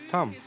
Tom